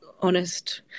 honest